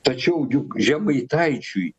tačiau juk žemaitaičiui